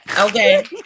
okay